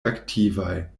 aktivaj